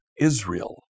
Israel